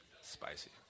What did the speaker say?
Spicy